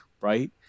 right